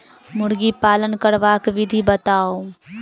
मुर्गी पालन करबाक विधि बताऊ?